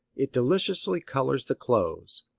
it deliciously colors the close,